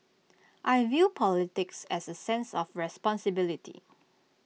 I view politics as A sense of responsibility